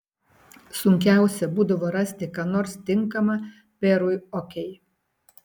sunkiausia būdavo rasti ką nors tinkama perui okei